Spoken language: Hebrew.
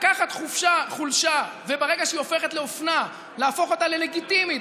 לקחת חולשה וברגע שהיא הופכת לאופנה להפוך אותה ללגיטימית,